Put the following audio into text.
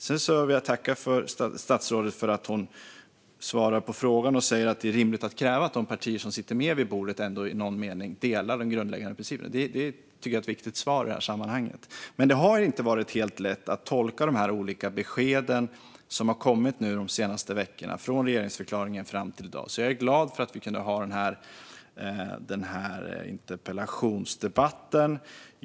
Jag vill tacka statsrådet för att hon svarade på frågan och säger att det är rimligt att kräva att de partier som sitter med vid bordet ändå i någon mening delar de grundläggande principerna. Det tycker jag är ett viktigt svar i detta sammanhang. Men det har inte varit helt lätt att tolka de olika besked som har kommit de senaste veckorna, från regeringsförklaringen och fram till i dag. Jag är därför glad över att vi kunde ha denna interpellationsdebatt.